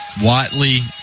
watley